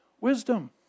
wisdom